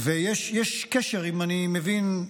ויש קשר, אם אני מבין,